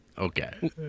Okay